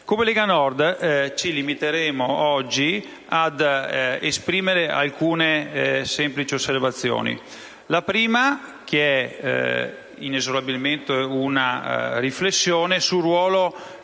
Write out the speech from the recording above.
Lega Nord, ci limiteremo oggi ad esprimere alcune semplici osservazioni. La prima è inesorabilmente una riflessione sul ruolo